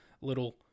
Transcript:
little